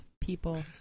people